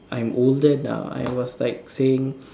I'm older now I was like saying